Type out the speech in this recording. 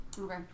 Okay